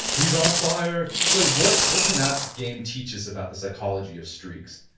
he's on fire! like what what can that game teach us about the psychology of streaks?